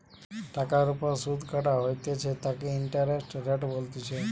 টাকার ওপর সুধ কাটা হইতেছে তাকে ইন্টারেস্ট রেট বলতিছে